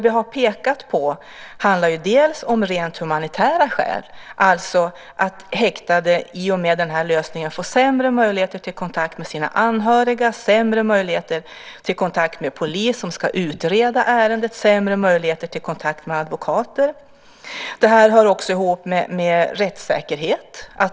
Vi har pekat på rent humanitära skäl, att häktade i och med den här lösningen får sämre möjligheter till kontakt med sina anhöriga, sämre möjligheter till kontakt med polis som ska utreda ärendet och sämre möjligheter till kontakt med advokater. Det hör också ihop med rättssäkerheten.